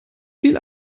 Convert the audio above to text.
viel